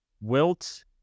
Wilt